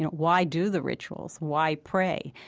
and why do the rituals? why pray?